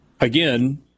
Again